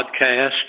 Podcast